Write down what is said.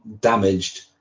damaged